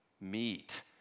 meet